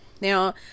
Now